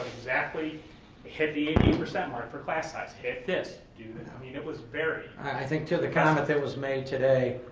exactly hit the eighty percent mark for class size. hit this, do that. i mean, i was very. i think to the comment that was made today.